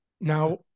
Now